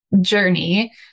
journey